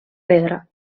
pedra